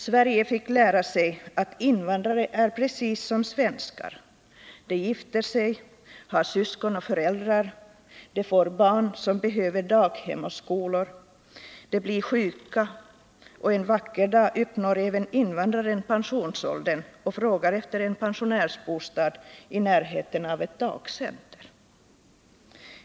Sverige fick lära sig att invandrare är precis som svenskar: de gifter sig, har syskon och föräldrar, de får barn som behöver daghem och skolor, de blir sjuka, och en vacker dag uppnår även invandraren pensionsåldern och frågar efter en pensionärsbostad i närheten av ett dagcenter.